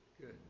Good